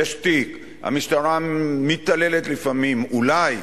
יש תיק, המשטרה מתעללת לפעמים, אולי,